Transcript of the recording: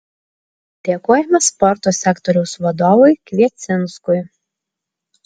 dėkojame sporto sektoriaus vadovui kviecinskui